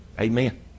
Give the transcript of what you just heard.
Amen